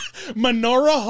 menorah